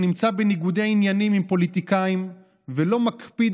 נמצא בניגודי עניינים עם פוליטיקאים ולא מקפיד